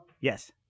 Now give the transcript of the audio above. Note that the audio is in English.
Yes